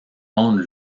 monde